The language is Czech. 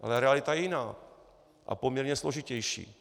Ale realita je jiná a poměrně složitější.